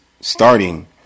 starting